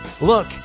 look